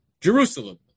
Jerusalem